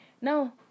Now